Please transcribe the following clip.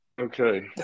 okay